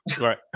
right